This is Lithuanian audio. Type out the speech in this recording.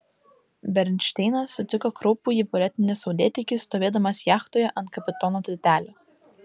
bernšteinas sutiko kraupųjį violetinį saulėtekį stovėdamas jachtoje ant kapitono tiltelio